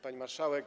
Pani Marszałek!